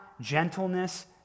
gentleness